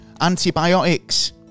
antibiotics